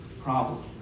problem